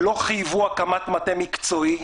לא חייבו הקמת מטה מקצועי,